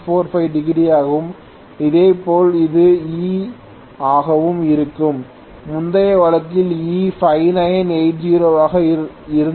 45 degree யாக வும் இதேபோல் இது E ஆகவும் இருக்கும் முந்தைய வழக்கில் E 5980 ஆக இருந்தது